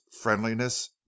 friendliness